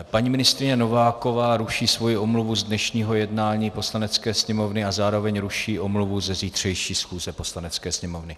Paní ministryně Nováková ruší svoji omluvu z dnešního jednání Poslanecké sněmovny a zároveň ruší omluvu ze zítřejší schůze Poslanecké sněmovny.